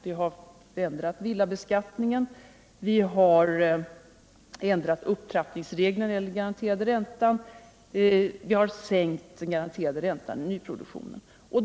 Vi har ändrat villabeskattningen och upptrappningsreglerna när det gäller den garanterade räntan, och vi har sänkt den garanterade räntan i nyproduktionen.